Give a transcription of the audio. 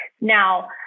Now